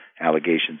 allegations